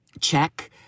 check